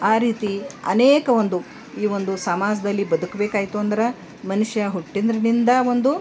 ಆ ರೀತಿ ಅನೇಕ ಒಂದು ಈ ಒಂದು ಸಮಾಜದಲ್ಲಿ ಬದುಕಬೇಕಾಯ್ತು ಅಂದ್ರೆ ಮನುಷ್ಯ ಹುಟ್ಟಿಂದ್ರನಿಂದಾ ಒಂದು